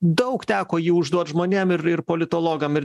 daug teko jį užduot žmonėm ir ir politologam ir